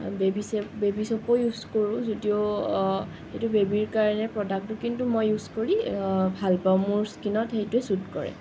baby soap baby চ'পো use কৰোঁ যদিও সেইটো বেবিৰ কাৰণে প্ৰ'ডাক্টটো কিন্তু মই ইউজ কৰি ভাল পাওঁ মোৰ স্কীনত সেইটোৱে চুট কৰে